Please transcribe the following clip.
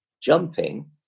jumping